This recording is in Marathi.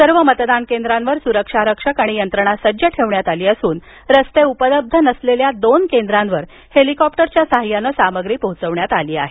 सर्व मतदान केंद्रांवर सुरक्षारक्षक आणि यंत्रणा सज्ज ठेवण्यात आली असून रस्त्याचा मार्ग उपलब्ध नसलेल्या दोन केंद्रांवर हेलिकॉप्टरच्या साहाय्यानं सामग्री पोहचवण्यात आली आहे